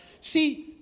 see